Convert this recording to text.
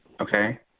okay